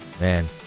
man